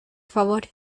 favor